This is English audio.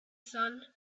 sun